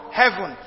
heaven